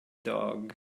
dog